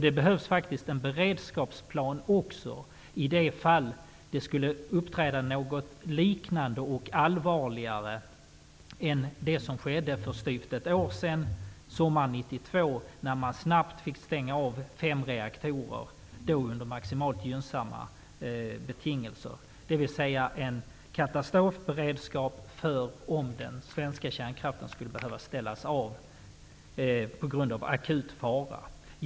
Det behövs faktiskt en beredskapsplan också, om det skulle uppträda något liknande och allvarligare än det som skedde för styvt ett år sedan, sommaren 1992. Då fick man snabbt stänga av fem reaktorer. Det skedde då under maximalt gynnsamma betingelser. En katastrofberedskap bör alltså finnas om den svenska kärnkraften skulle behöva ställas av på grund av akut fara.